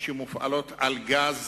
שמופעלות בגז